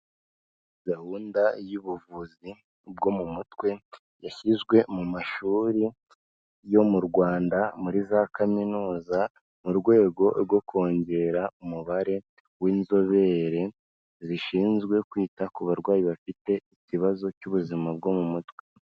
Gahunda y'ubuvuzi bwo mu mutwe, yashyizwe mu mashuri yo mu Rwanda muri za kaminuza mu rwego rwo kongera umubare w'inzobere, zishinzwe kwita ku barwayi bafite ikibazo cy'ubuzima bwo mu mutwe.